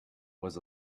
was